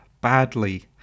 badly